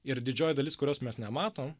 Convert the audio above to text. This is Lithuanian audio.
ir didžioji dalis kurios mes nematom